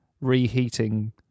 reheating